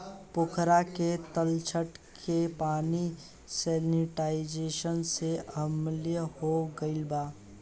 पोखरा के तलछट के पानी सैलिनाइज़ेशन से अम्लीय हो गईल बा